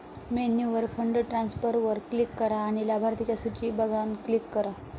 मेन्यूवर फंड ट्रांसफरवर क्लिक करा, लाभार्थिंच्या सुची बघान क्लिक करा